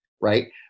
right